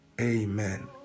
Amen